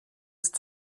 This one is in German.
ist